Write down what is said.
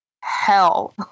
hell